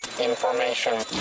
information